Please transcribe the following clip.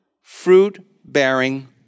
fruit-bearing